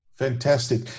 Fantastic